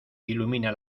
ilumina